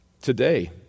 today